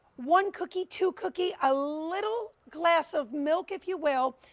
one cookie, to cookie, a little glass of milk if you will.